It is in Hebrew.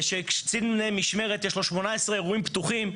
כשלקצין משטרת יש 18 אירועים פתוחים,